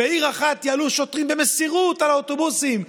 בעיר אחת יעלו שוטרים במסירות על האוטובוסים,